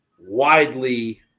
widely